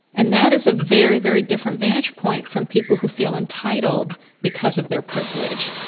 and that is a very, very different vantage point from people who feel entitled because of their privilege.